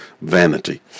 vanity